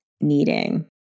needing